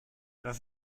das